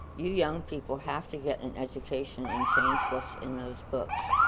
you young people have to get an education and change what's in those books,